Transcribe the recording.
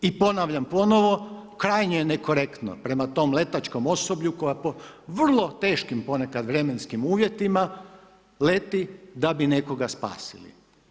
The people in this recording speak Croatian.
I ponavljam ponovno, krajnje je nekorektno prema tom letačkom osoblju, koja po vrlo teškim ponekad vremenskim uvjetima, leti da bi nekoga spasio.